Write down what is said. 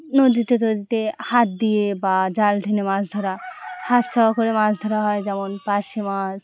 নদীতে টদীতে হাত দিয়ে বা জাল টেনে মাছ ধরা হাত ছাওয়া করে মাছ ধরা হয় যেমন পার্শে মাছ